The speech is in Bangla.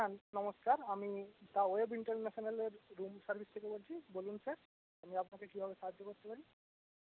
হ্যাঁ নমস্কার আমি দ্য ওয়েব ইন্টারন্যাশনালের রুম সার্ভিস থেকে বলছি বলুন স্যার আমি আপনাকে কীভাবে সাহায্য করতে পারি